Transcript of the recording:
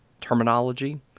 terminology